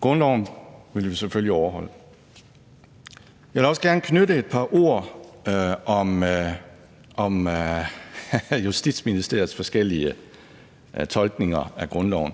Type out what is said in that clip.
Grundloven vil vi selvfølgelig overholde. Jeg vil også gerne knytte et par ord til Justitsministeriets forskellige tolkninger af grundloven.